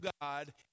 God